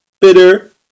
bitter